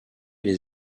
les